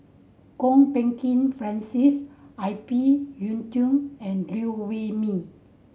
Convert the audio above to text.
Kwok Peng Kin Francis I P Yiu Tung and Liew Wee Mee